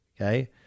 Okay